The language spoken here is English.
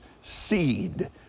seed